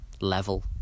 level